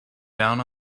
down